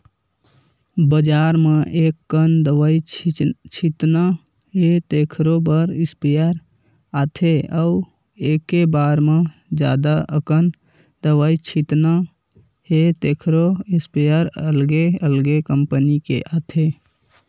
बजार म एककन दवई छितना हे तेखरो बर स्पेयर आथे अउ एके बार म जादा अकन दवई छितना हे तेखरो इस्पेयर अलगे अलगे कंपनी के आथे